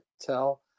tell